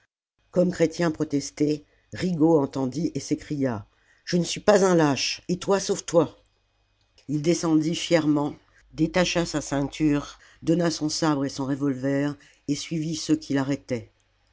comme chrétien protestait rigaud entendit et s'écria je ne suis pas un lâche et toi sauve-toi la commune il descendit fièrement détacha sa ceinture donna son sabre et son revolver et suivit ceux qui l'arrêtaient